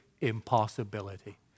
impossibility